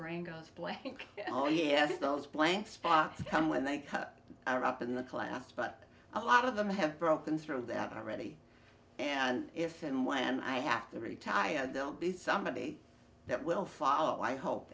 brain goes blank oh yes those blank spots come when they come up in the class but a lot of them have broken through that already and if and when i have to retire they'll be somebody that will follow i hope